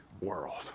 world